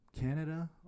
Canada